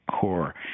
CORE